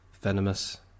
venomous